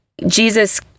jesus